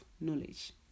knowledge